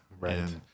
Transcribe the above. Right